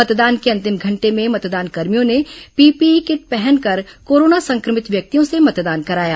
मतदान के अंतिम घंटे में मतदानकर्मियों ने पीपीई किट पहनकर कोरोना संक्रमित व्यक्तियों से मतदान कराया